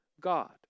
God